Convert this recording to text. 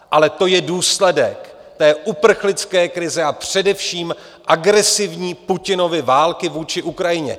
Ale to je důsledek té uprchlické krize a především agresivní Putinovy války vůči Ukrajině.